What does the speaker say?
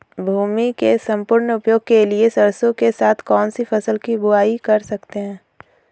भूमि के सम्पूर्ण उपयोग के लिए सरसो के साथ कौन सी फसल की बुआई कर सकते हैं?